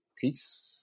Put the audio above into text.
Peace